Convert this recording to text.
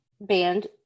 band